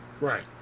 right